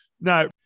No